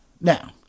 Now